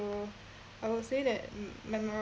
so I would say that m~ memorable